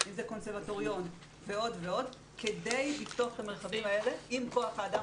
אם זה קונסרבטוריון ועוד כדי לפתוח את המרחבים האלה עם כוח האדם